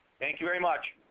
thank you very much.